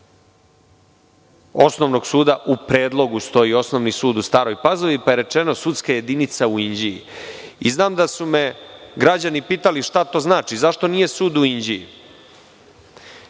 osnovnog suda u predlogu stoji, Osnovnog suda u Staroj Pazovi pa je rečeno sudska jedinica u Inđiji. Znam da su me građani pitali šta to znači, zašto nije sud u Inđiji?